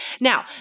Now